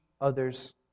others